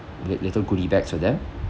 li~ little goodie bags for them